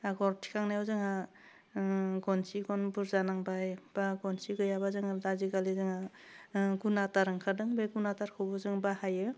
आगर थिखांनायाव जोङो गनसि गन बुरजा नांबाय बा गनसि गैयाबा जोङो दाजि गालि जोङो गुनादार ओंखारदों बे गुनादारखौबो जों बाहायो